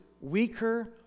weaker